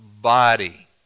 body